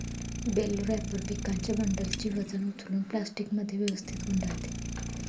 bell wrapper पिकांच्या बंडलचे वजन उचलून प्लास्टिकमध्ये व्यवस्थित गुंडाळते